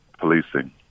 policing